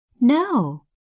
No